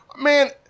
Man